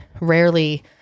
Rarely